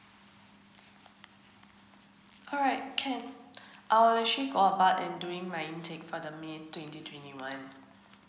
alright can I'll doing my intake for the may twenty twenty one